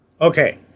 Okay